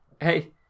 Hey